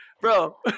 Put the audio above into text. bro